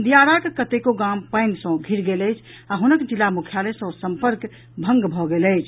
दियाराक कतेको गाम पानि सँ घिर गेल अछि आ हुनक जिला मुख्यालय सँ संपर्क भंग भऽ गेल अछि